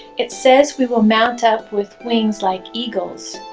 it says we will mount up with wings like eagles.